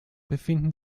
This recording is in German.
befinden